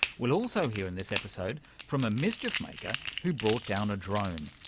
we'll also hear in this episode from a mischief maker who brought down a drone,